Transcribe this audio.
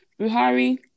Buhari